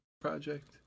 project